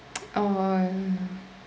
oh